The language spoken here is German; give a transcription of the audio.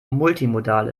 multimodal